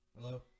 hello